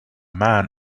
man